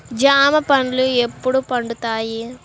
జామ పండ్లు ఎప్పుడు పండుతాయి?